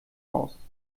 raus